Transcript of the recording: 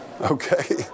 Okay